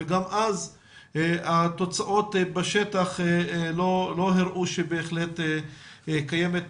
וגם אז התוצאות בשטח לא הראו שבהחלט קיימת